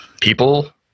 people